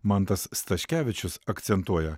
mantas staškevičius akcentuoja